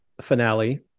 finale